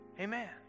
Amen